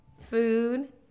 Food